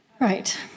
Right